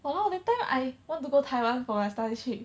!walao! that time I want to go taiwan for my study trip